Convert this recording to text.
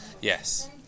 Yes